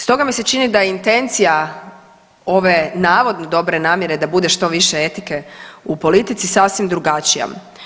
Stoga mi se čini da je intencija ove navodno dobre namjere da bude što više etike u politici sasvim drugačija.